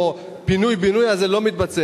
או הפינוי-בינוי הזה לא מתבצעים.